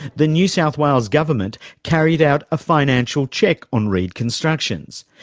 the new south wales government carried out a financial check on reed constructions.